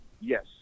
Yes